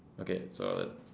okay so